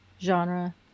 genre